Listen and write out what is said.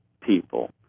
people